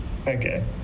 Okay